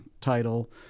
title